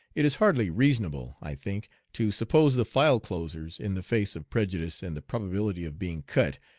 it is hardly reasonable, i think, to suppose the file-closers, in the face of prejudice and the probability of being cut,